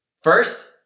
First